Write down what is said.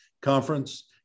Conference